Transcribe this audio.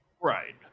Right